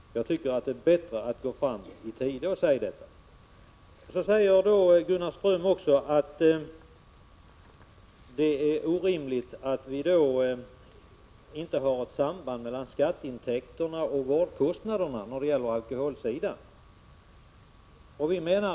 Jag tycker att det är bättre att i tid gå fram och säga detta. Gunnar Ström säger också att det är orimligt att vi moderater inte har ett samband mellan skatteintäkterna och vårdkostnaderna när det gäller alkoho len.